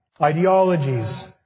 ideologies